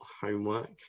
homework